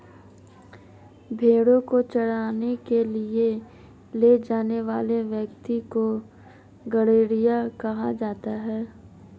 भेंड़ों को चराने के लिए ले जाने वाले व्यक्ति को गड़ेरिया कहा जाता है